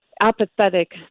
apathetic